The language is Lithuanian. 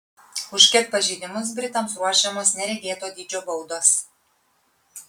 už ket pažeidimus britams ruošiamos neregėto dydžio baudos